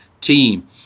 team